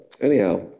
anyhow